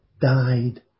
died